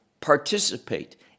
participate